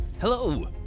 Hello